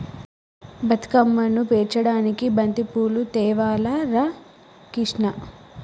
బతుకమ్మను పేర్చడానికి బంతిపూలు తేవాలి రా కిష్ణ